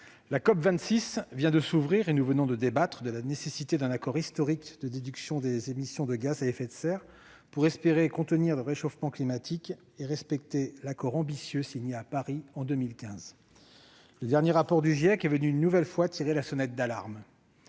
la COP26 vient de s'ouvrir et nous venons de débattre de la nécessité d'un accord historique de réduction des émissions de gaz à effet de serre, pour espérer contenir le réchauffement climatique et respecter l'accord ambitieux signé à Paris en 2015. Le dernier rapport du GIEC est venu une nouvelle fois tirer la sonnette d'alarme